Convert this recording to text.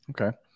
Okay